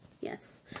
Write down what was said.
Yes